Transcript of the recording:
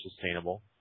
sustainable